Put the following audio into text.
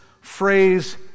phrase